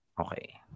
Okay